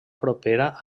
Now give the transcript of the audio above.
propera